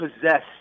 possessed